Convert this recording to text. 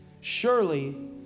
surely